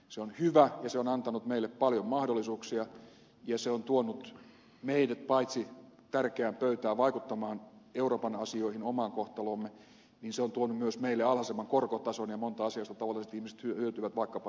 se on hyvä ja se on antanut meille paljon mahdollisuuksia ja se on paitsi tuonut meidät tärkeään pöytään vaikuttamaan euroopan asioihin ja omaan kohtaloomme tuonut myös meille alhaisemman korkotason ja monta asiaa joista tavalliset ihmiset hyötyvät vaikkapa yhteisen rahan